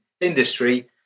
industry